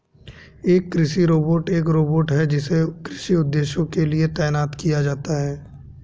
एक कृषि रोबोट एक रोबोट है जिसे कृषि उद्देश्यों के लिए तैनात किया जाता है